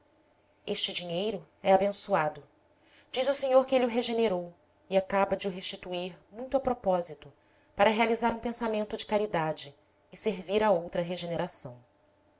este dinheiro é abençoado diz o senhor que ele o regenerou e acaba de o restituir muito a propósito para realizar um pensamento de caridade e servir a outra regeneração